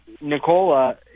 Nicola